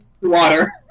water